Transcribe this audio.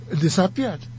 disappeared